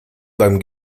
beim